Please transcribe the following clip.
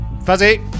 Fuzzy